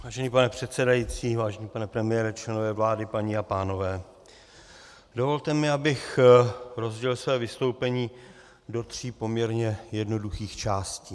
Vážený pane předsedající, vážený pane premiére, členové vlády, paní a pánové, dovolte mi, abych rozdělil své vystoupení do tří poměrně jednoduchých částí.